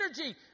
energy